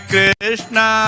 Krishna